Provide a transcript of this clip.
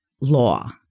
law